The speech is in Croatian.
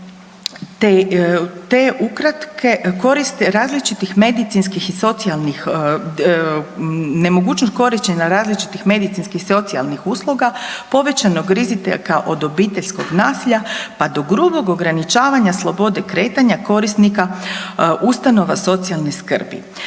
te ukratke koristi različitih medicinskih i socijalnih, nemogućnost korištenja različitih medicinskih i socijalnih usluga, povećanog rizika kao od obiteljskog nasilja pa do grubog ograničavanja slobode kretanja korisnika ustanova socijalne skrbi.